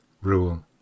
Rule